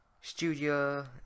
studio